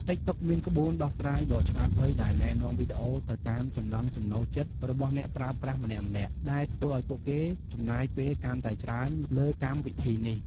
តិកតុកមានក្បួនដោះស្រាយដ៏ឆ្លាតវៃដែលណែនាំវីដេអូទៅតាមចំណង់ចំណូលចិត្តរបស់អ្នកប្រើប្រាស់ម្នាក់ៗ ដែលធ្វើឱ្យពួកគេចំណាយពេលកាន់តែច្រើនលើកម្មវិធីនេះ។